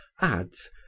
adds